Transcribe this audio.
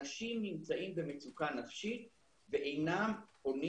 אנשים נמצאים במצוקה נפשית ואינם פונים